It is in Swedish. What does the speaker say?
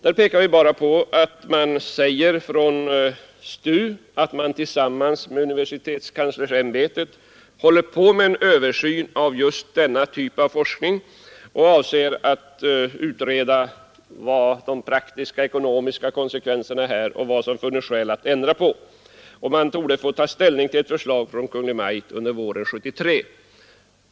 Vi framhåller att det sägs från STU att man tillsammans med universitetskanslersämbetet håller på med en översyn av just denna typ av forskning och avser att utreda de praktiska ekonomiska konsekvenserna och vad det kunde vara skäl att ändra på. Vi torde få ett förslag från Kungl. Maj:t under våren 1973.